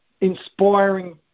inspiring